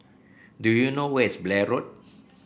do you know where is Blair Road